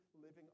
living